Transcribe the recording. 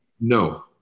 No